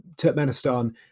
Turkmenistan